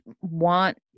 want